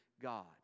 God